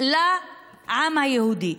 לעם היהודי.